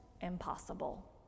impossible